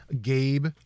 Gabe